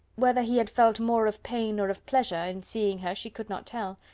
whether he had felt more of pain or of pleasure in seeing her she could not tell,